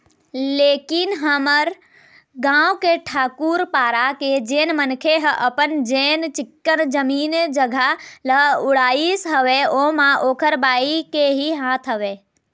लेकिन हमर गाँव के ठाकूर पारा के जेन मनखे ह अपन जेन चिक्कन जमीन जघा ल उड़ाइस हवय ओमा ओखर बाई के ही हाथ हवय